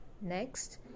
Next